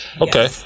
Okay